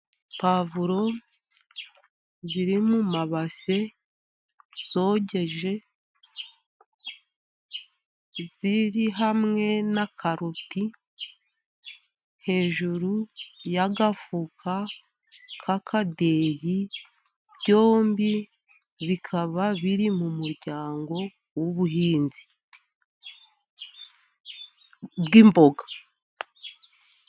Pwavuro ziri mu mabase zogeje. Ziri hamwe na karoti hejuru y'agafuka k'akadeyi. Byombi bikaba biri mu muryango w'ubuhinzi bw'imboga.